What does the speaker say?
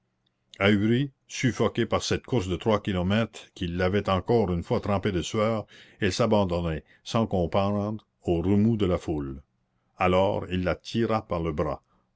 suffoquée par cette course de trois kilomètres qui l'avait encore une fois trempée de sueur elle s'abandonnait sans comprendre aux remous de la foule alors il la tira par le bras